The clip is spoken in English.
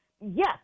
yes